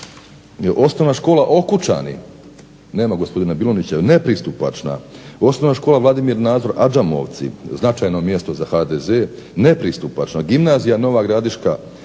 Osnovna škola Okučani nema gospodina Bilonjića nepristupačna, Osnovna škola Vladimir Nazor Ađamovci, značajno mjesto za HDZ nepristupačno. Gimnazija Nova Gradiška